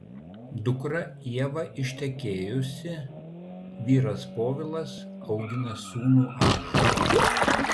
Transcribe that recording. dukra ieva ištekėjusi vyras povilas augina sūnų ąžuolą